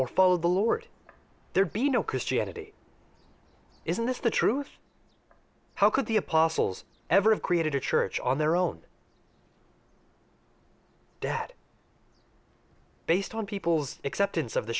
or follow the lord there'd be no christianity isn't this the truth how could the apostles ever have created a church on their own debt based on people's acceptance of the